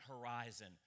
horizon